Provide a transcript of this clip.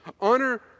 honor